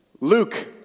Luke